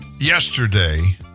yesterday